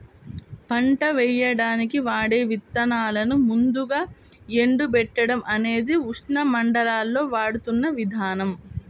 పంట వేయడానికి వాడే విత్తనాలను ముందుగా ఎండబెట్టడం అనేది ఉష్ణమండలాల్లో వాడుతున్న విధానం